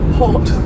hot